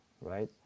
right